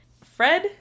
Fred